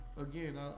again